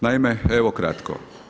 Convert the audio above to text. Naime, evo kratko.